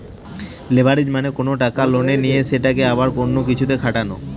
leverage মানে কোনো টাকা লোনে নিয়ে সেটাকে আবার অন্য কিছুতে খাটানো